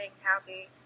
happy